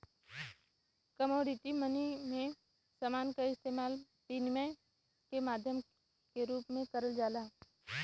commodity money में समान क इस्तेमाल विनिमय के माध्यम के रूप में करल जाला